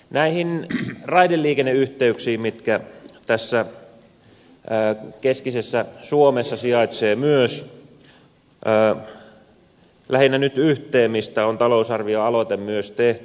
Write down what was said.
näihin raideliikenneyhteyksiin mitkä tässä keskisessä suomessa sijaitsevat myös lähinnä nyt yhteen mistä on talousarvioaloite myös tehty